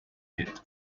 pitt